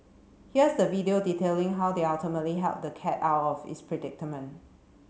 here's the video detailing how they ultimately helped the cat out of its predicament